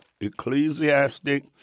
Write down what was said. Ecclesiastic